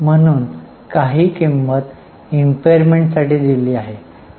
म्हणून काही किंमत impairment साठी दिली आहे